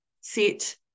sit